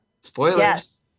Spoilers